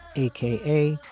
a k a.